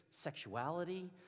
sexuality